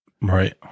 Right